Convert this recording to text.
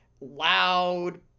loud